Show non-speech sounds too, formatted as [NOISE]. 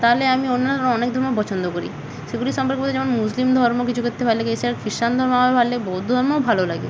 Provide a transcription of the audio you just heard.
তাহলে আমি অন্যান্য অনেক ধর্ম পছন্দ করি সেগুলির সম্পর্কে [UNINTELLIGIBLE] যেমন মুসলিম ধর্ম কিছু ক্ষেত্রে ভালো লেগে গিয়েছে আর ক্রিশ্চান ধর্ম আমার ভালো লাগে বৌদ্ধ ধর্মও ভালো লাগে